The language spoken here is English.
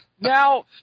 now